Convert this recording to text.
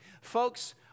Folks